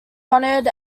honored